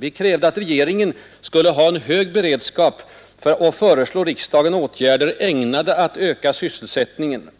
Vi krävde att regeringen skulle hålla en hög beredskap och föreslå riksdagen åtgärder ägnade att öka sysselsättningen.